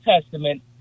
Testament